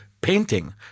painting